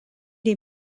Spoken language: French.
est